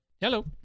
Hello